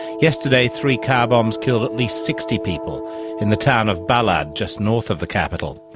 yesterday three car bombs killed at least sixty people in the town of balad, just north of the capital.